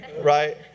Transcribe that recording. right